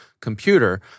computer